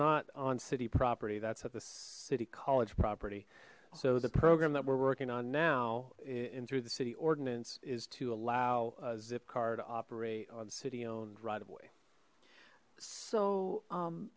not on city property that's at the city college property so the program that we're working on now and through the city ordinance is to allow a zipcar to operate on city owned right of way so